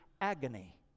agony